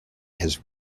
his